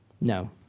No